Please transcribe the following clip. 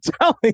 telling